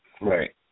Right